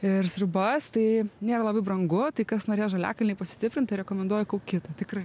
ir sriubas tai nėra labai brangu tai kas norės žaliakalny pasistiprint tai rekomenduoju kaukitą tikrai